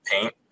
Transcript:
paint